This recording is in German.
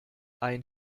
ein